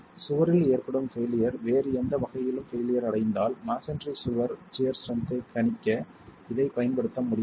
சுவரில் ஏற்படும் பெய்லியர் வேறு எந்த வகையிலும் பெய்லியர் அடைந்தால் மஸோன்றி சுவரின் சியர் ஸ்ட்ரென்த் ஐக் கணிக்க இதைப் பயன்படுத்த முடியாது